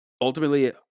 Ultimately